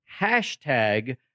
hashtag